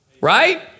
Right